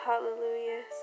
Hallelujah